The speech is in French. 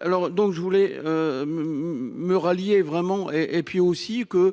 alors donc je voulais me rallier vraiment et et puis aussi que